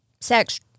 sex